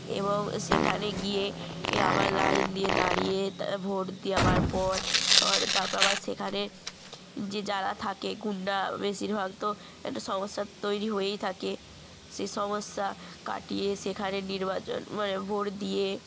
এবং সেখানে গিয়ে এ আমার লাইন দিয়ে দাঁড়িয়ে তারা ভোট দেওয়ার পর আর তারপর আবার সেখানে যে যারা থাকে গুন্ডা বেশিরভাগ তো একটা সমস্যা তৈরি হয়েই থাকে সেই সমস্যা কাটিয়ে সেখানে নির্বাচন মানে ভোট দিয়ে